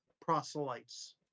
proselytes